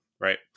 right